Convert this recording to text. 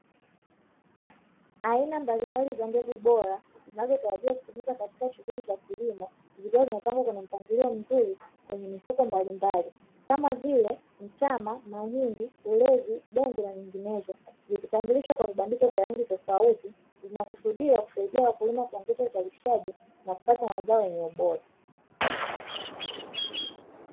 Aina mbalimbali za mbegu bora zinazotarajiwa kutumika katika shughuli za kilimo, zikiwa zimepangwa kwenye mpangilio mzuri kwenye mifuko mbalimbali, kama vile: mtama, mahindi, ulezi, dengu, na nyinginezo. Vikitambulishwa kwa vibandiko vya rangi tofauti, vinakusudiwa kusaidia wakulima kuongeza uzalishaji na kupata mazao yenye ubora.